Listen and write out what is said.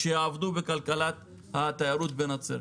שיעבדו בכלכלת התיירות בנצרת.